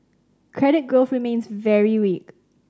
credit growth remains very weak